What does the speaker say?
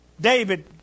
David